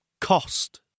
Cost